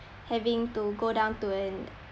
having to go down to an